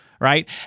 Right